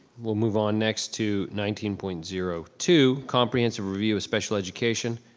we'll move on next to nineteen point zero two, comprehensive review of special education,